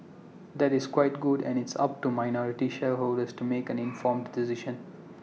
that is quite good and it's up to minority shareholders to make an informed decision